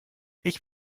ich